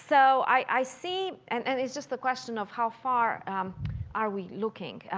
so i see and and it's just the question of how far are we looking.